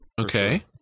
Okay